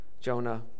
Jonah